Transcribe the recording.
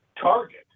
target